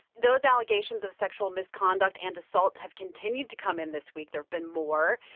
those allegations of sexual misconduct and assault have continued to come in this week. there've been more.